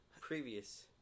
previous